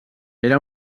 era